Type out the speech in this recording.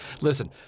Listen